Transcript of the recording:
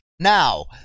Now